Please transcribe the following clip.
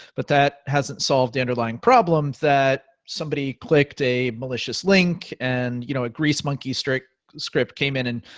but that hasn't solved the underlying problem that somebody clicked a malicious link and you know a grease monkey script script came in and